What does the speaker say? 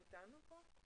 הם אתנו כאן?